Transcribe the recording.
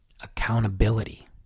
Accountability